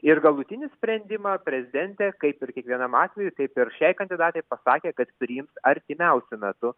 ir galutinį sprendimą prezidentė kaip ir kiekvienam atvejui taip ir šiai kandidatei pasakė kad priims artimiausiu metu